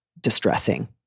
distressing